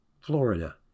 florida